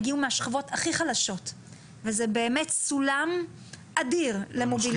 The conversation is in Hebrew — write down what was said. שהם הגיעו מהשכבות הכי חלשות וזה באמת סולם אדיר למוביליות חברתית.